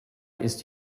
ist